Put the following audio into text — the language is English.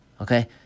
Okay